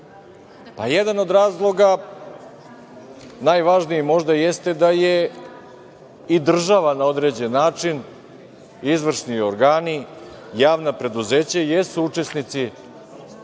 Jedan od razloga, možda najvažniji, jeste da je i država na određen način, izvršni organi, javna preduzeća jesu učesnici